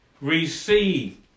receive